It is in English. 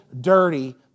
dirty